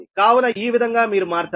కావున ఈ విధంగా మీరు మార్చాలి